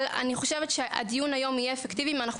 אבל אני חושבת שהדיון היום יהיה אפקטיבי אם אנחנו